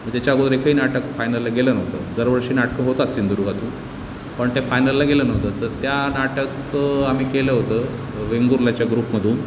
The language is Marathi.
त्याच्या अगोदर एकही नाटक फायनलला गेलं नव्हतं दरवर्षी नाटकं होतात सिंधुदुर्गातून पण ते फायनलला गेलं नव्हतं तर त्या नाटक आम्ही केलं होतं वेंगुर्ल्याच्या ग्रुपमधून